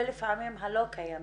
ולפעמים הלא קיימים,